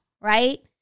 right